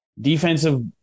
Defensive